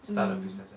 mm